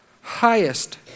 highest